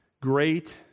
great